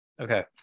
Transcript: Okay